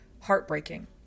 heartbreaking